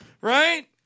Right